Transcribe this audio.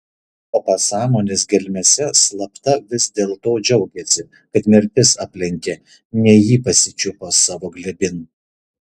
o pasąmonės gelmėse slapta vis dėlto džiaugėsi kad mirtis aplenkė ne jį pasičiupo savo glėbin